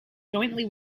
jointly